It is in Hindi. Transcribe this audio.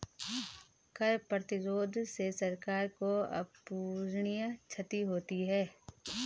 कर प्रतिरोध से सरकार को अपूरणीय क्षति होती है